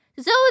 Zoe